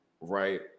right